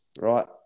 right